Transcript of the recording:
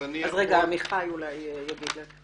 אז אני יכול --- אולי עמיחי יגיד לנו.